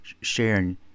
sharing